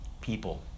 People